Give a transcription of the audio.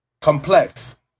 complex